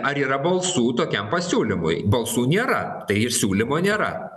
ar yra balsų tokiam pasiūlymui balsų nėra tai ir siūlymo nėra